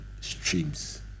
streams